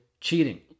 cheating